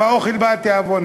עם האוכל בא התיאבון.